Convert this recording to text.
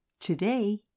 Today